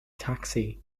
taxi